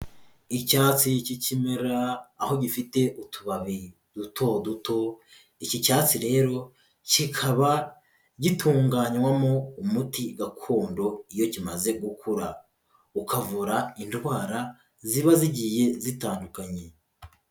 Icyatsi cy'ikimera aho gifite utubabi duto duto, iki cyatsi rero kikaba gitunganywamo umuti gakondo iyo kimaze gukura, ukavura indwara ziba zigiye zitandukanye.